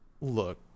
Look